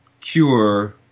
cure